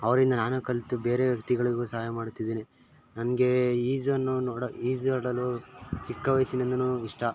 ಅವರಿಂದ ನಾನು ಕಲಿತು ಬೇರೆ ವ್ಯಕ್ತಿಗಳಿಗೂ ಸಹಾಯ ಮಾಡುತ್ತಿದ್ದೀನಿ ನನಗೆ ಈಜನ್ನು ನೋಡಲು ಈಜು ನೋಡಲು ಚಿಕ್ಕ ವಯಸ್ಸಿನಿಂದಲೂ ಇಷ್ಟ